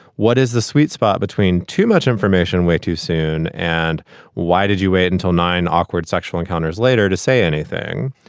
what is the sweet spot between too much information way too soon? and why did you wait until nine awkward sexual encounters later to say anything?